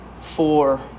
four